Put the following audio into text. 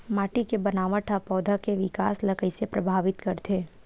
माटी के बनावट हा पौधा के विकास ला कइसे प्रभावित करथे?